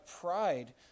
pride